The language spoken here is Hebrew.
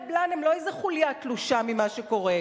עובדי הקבלן הם לא איזה חוליה תלושה ממה שקורה,